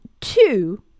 two